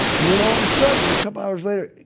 and then all of the sudden, a couple hours later,